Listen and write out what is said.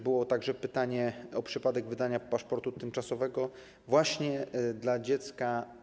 Było także pytanie o przypadek wydania paszportu tymczasowego dla dziecka.